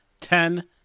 ten